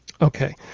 Okay